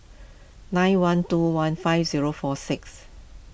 nine one two one five zero four six